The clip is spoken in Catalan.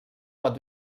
pot